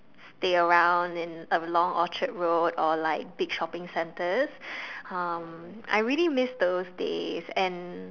stay around in along Orchard-road or like big shopping centers um I really miss those days and